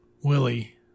Willie